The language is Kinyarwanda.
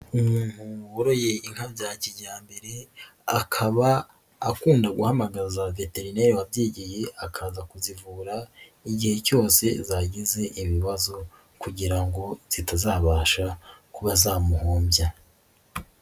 Umuntu waroye inka bya kijyambere akaba akunda guhamagaza veterineri wabyigiye akaza kuzivura igihe cyose zagize ibibazo kugira ngo zitazabasha kuba zamuhombya.